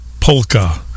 Polka